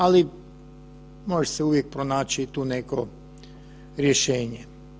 Ali može se uvijek pronaći tu neko rješenje.